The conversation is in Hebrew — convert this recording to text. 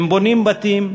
הם בונים בתים,